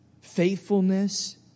faithfulness